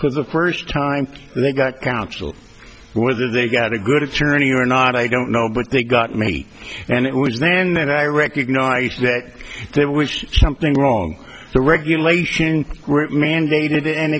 for the first time they got counsel whether they got a good attorney or not i don't know but they got me and it was then that i recognized that there was something wrong the regulation mandated an